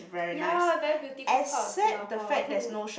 ya very beautiful part of Singapore